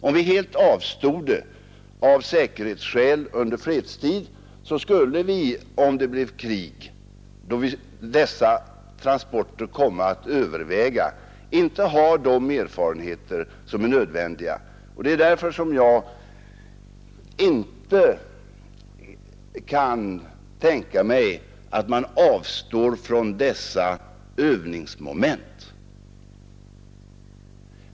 Om vi i fredstid av säkerhetsskäl helt avstod från att använda dessa transportmedel skulle vi om det blev krig, då dessa transporter kommer att överväga, inte ha de erfarenheter som är nödvändiga. Det är därför som jag inte kan tänka mig att man helt avstår från dessa övningsmoment.